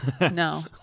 No